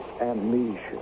amnesia